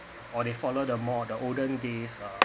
or they followed the mo~ the olden days